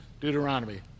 Deuteronomy